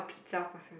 pizza person